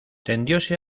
tendióse